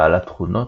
בעלת תכונות,